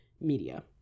media